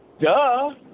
Duh